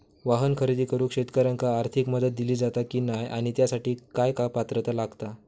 वाहन खरेदी करूक शेतकऱ्यांका आर्थिक मदत दिली जाता की नाय आणि त्यासाठी काय पात्रता लागता?